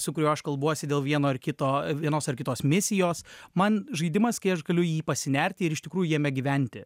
su kuriuo aš kalbuosi dėl vieno ar kito vienos ar kitos misijos man žaidimas kai aš galiu į jį pasinerti ir iš tikrųjų jame gyventi